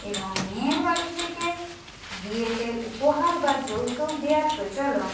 এবং মেয়ের বাড়ি থেকে বিয়েতে উপহার বা যৌতুক দেওয়ার প্রচলন